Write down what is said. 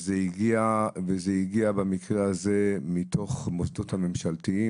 זה הגיע במקרה הזה מתוך המוסדות הממשלתיים,